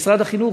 ושמשרד החינוך,